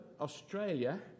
Australia